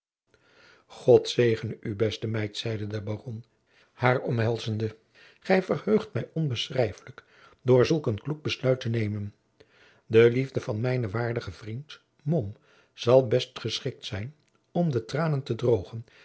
god zegene u beste meid zeide de baron haar omhelzende gij verheugt mij onbeschrijfelijk door zulk een kloek besluit te nemen de liefde van mijnen waardigen vriend mom zal best geschikt zijn om de tranen te droogen